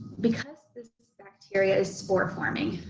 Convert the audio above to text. because bacteria spore forming.